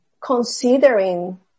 considering